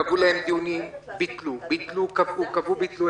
קבעו להם דיונים, ביטלו, קבעו וביטלו.